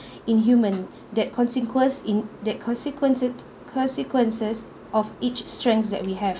in human that consequence in that consequence it consequences of each strengths that we have